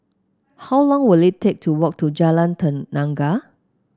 how long will it take to walk to Jalan Tenaga